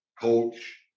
Coach